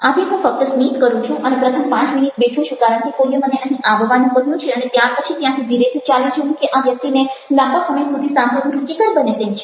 આથી હું ફક્ત સ્મિત કરું છું અને પ્રથમ પાંચ મિનિટ બેઠું છું કારણ કે કોઈએ મને અહી આવવાનું કહ્યું છે અને ત્યાર પછી ત્યાંથી ધીરેથી ચાલી જવું કે આ વ્યક્તિને લાંબા સમય સુધી સાંભળવું રુચિકર બને તેમ છે